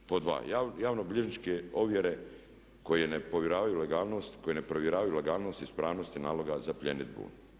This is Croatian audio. Pod dva, javno bilježničke ovjere koje ne provjeravaju legalnost, koje ne provjeravaju legalnost, ispravnosti naloga za pljenidbu.